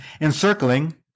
encircling